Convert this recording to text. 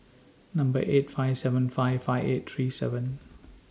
Number eight five seven five five eight three seven